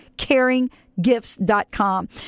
CaringGifts.com